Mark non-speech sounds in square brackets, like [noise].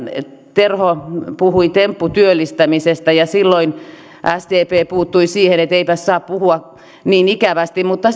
terho puhui tempputyöllistämisestä ja silloin sdp puuttui siihen että eipäs saa puhua niin ikävästi mutta [unintelligible]